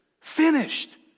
Finished